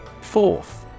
Fourth